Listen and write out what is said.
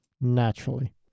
Naturally